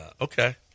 Okay